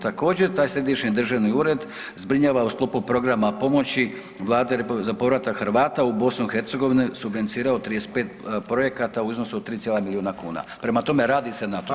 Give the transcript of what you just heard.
Također taj središnji državni ured zbrinjava u sklopu programa pomoći Vlade RH za povratak Hrvata u BiH subvencija 35 projekata u iznosu od 3 cijela milijuna kuna, prema tome radi se na tome.